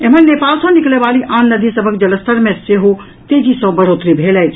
एम्हर नेपाल सॅ निकलय वाली आन नदी सभक जलस्तर मे सेहो तेजी सॅ बढ़ोतरी भेल अछि